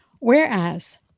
Whereas